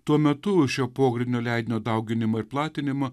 tuo metu šio pogrindinio leidinio dauginimą ir platinimą